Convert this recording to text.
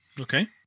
Okay